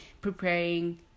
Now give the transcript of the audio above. preparing